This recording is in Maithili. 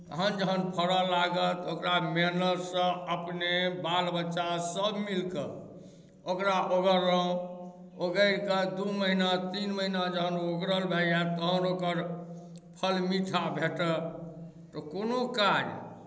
तखन जखन फड़य लागल तऽ ओकरा मेहनतसँ अपने बाल बच्चा सभ मिलि कऽ ओकरा ओगरलहुँ ओगरि कऽ दू महीना तीन महीना जखन ओ ओगरल भए जाय तखन ओकर फल मीठा भेटय तऽ कोनो काज